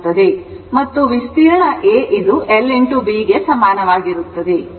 ಮತ್ತು ವಿಸ್ತೀರ್ಣ A l b ಗೆ ಸಮನಾಗಿರುತ್ತದೆ